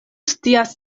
scias